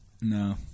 No